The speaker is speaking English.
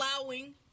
allowing